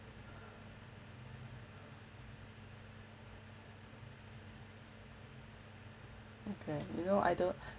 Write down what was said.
okay you know I don't